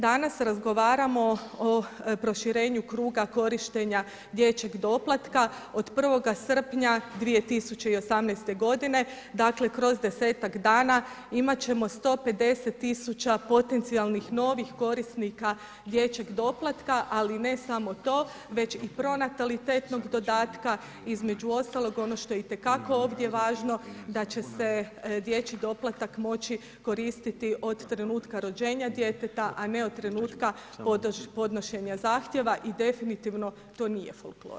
Danas razgovaramo o proširenju kruga korištenja dječjeg doplatka, od 1. srpnja 2018. godine, dakle kroz desetak dana imat ćemo 150 000 potencijalnih novih korisnika dječjeg doplatka, ali ne samo to, već i pronatalitetnog dodatka, između ostalog onog što je ovdje itekako važno, da će se dječji doplatak moći koristiti od trenutka rođenja djeteta, a ne od trenutka podnošenja zahtjeva i definitivno to nije folklor.